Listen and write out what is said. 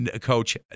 Coach